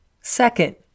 Second